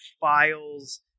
files